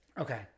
Okay